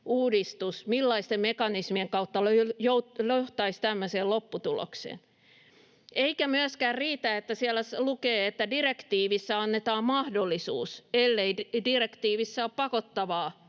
ajatellaan, millaisten mekanismien kautta tämä uudistus johtaisi tämmöiseen lopputulokseen. Eikä myöskään riitä, että siellä lukee, että direktiivissä annetaan mahdollisuus, ellei direktiivissä ole pakottavaa